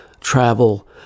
travel